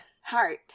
Heart